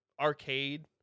arcade